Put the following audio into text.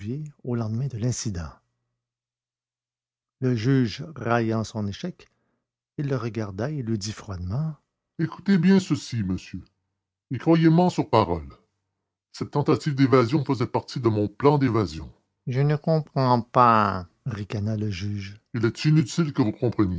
au lendemain de l'incident le juge raillant son échec il le regarda et lui dit froidement écoutez bien ceci monsieur et croyez men sur parole cette tentative d'évasion faisait partie de mon plan d'évasion je ne comprends pas ricana le juge il est inutile que vous compreniez